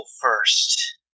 first